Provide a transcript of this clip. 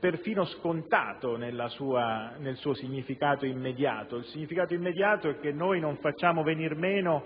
perfino scontato nel suo significato immediato. E il significato immediato è che noi non facciamo venire meno